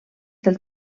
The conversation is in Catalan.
del